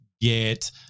get